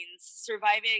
Surviving